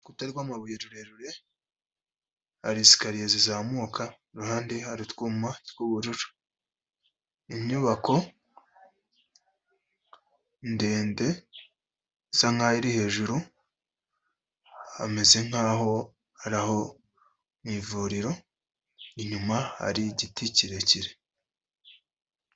Urukuta rw'amabuye rurerure, hari sikariye zizamuka, kuruhande hari utwuma tw'ubururu. Inyubako ndende isa nkaho iri hejuru, hameze nk'aho araho mu ivuriro. Inyuma hari igiti kirekire.